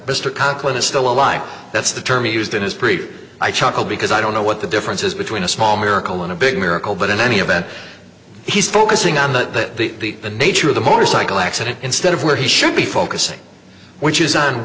mr conklin is still alive that's the term used in his brief i chuckle because i don't know what the difference is between a small miracle and a big miracle but in any event he's focusing on that the nature of the motorcycle accident instead of where he should be focusing which is on